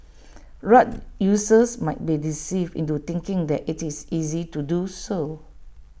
rug users might be deceived into thinking that IT is easy to do so